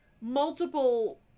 multiple